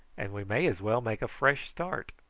and we may as well make a fresh start.